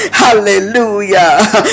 hallelujah